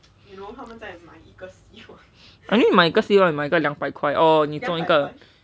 I mean 买个一个希望也买一个两百块 oh 你中一个